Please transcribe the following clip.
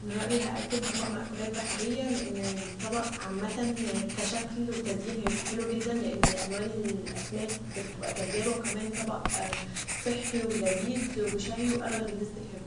من رأيي هقدم طبق مأكولات بحريه ؛ لان الطبق عمتا كشكل و تزيين هيبقي حلو جدا لان الوان الأسماك جذابه و كمان طبق صحي و لذيذ و شهي و اغلب ناس بتحبه.